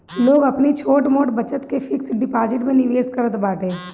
लोग अपनी छोट मोट बचत के फिक्स डिपाजिट में निवेश करत बाटे